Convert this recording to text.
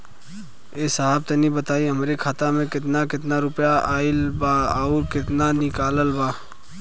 ए साहब तनि बताई हमरे खाता मे कितना केतना रुपया आईल बा अउर कितना निकलल बा?